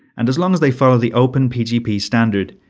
and as long as they follow the openpgp standard,